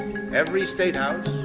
every state house,